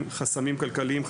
חסמים כלכליים,